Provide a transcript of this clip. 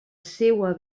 seua